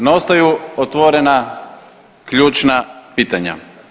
No, ostaju otvorena ključna pitanja.